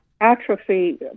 atrophy